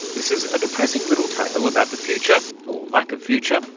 this is a depressing little tale about the future, or lack of future,